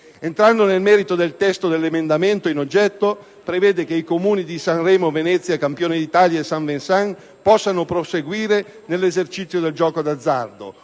Entrando nel merito del testo, l'emendamento 2.0.600 prevede che i Comuni di Sanremo, Venezia, Campione d'Italia e Saint Vincent possano proseguire nell'esercizio del gioco d'azzardo.